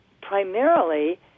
primarily